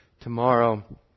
tomorrow